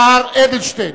חבר הכנסת השר אדלשטיין,